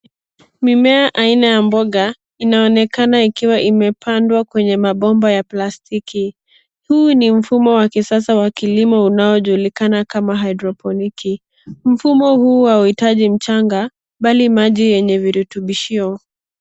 Mimea aina ya mboga inaonekana ikiwa imepandwa kwenye mabomba ya plastiki. Huu ni mfumo wa kisasa wa kilimo unaojulikana kama hydroponiki. Mfumo huu hauhitaji mchanga, mbali maji yenye virutubishio.